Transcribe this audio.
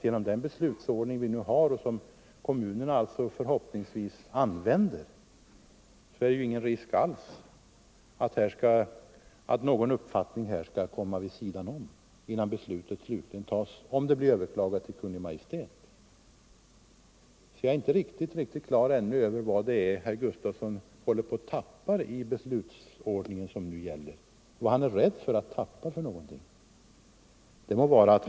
Med den beslutsordning vi nu har och som kommunerna förhoppningsvis använder, finns det ingen risk alls för att någon uppfattning skall komma vid sidan om vid beslutsfattandet, om besluten överklagas till Kungl. Maj:t. Jag är alltså ännu inte riktigt på det klara med vad herr Gustavsson är rädd för att man skall tappa bort med den beslutsordning som nu gäller.